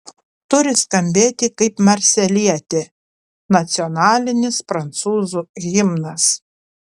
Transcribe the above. turi skambėti kaip marselietė nacionalinis prancūzų himnas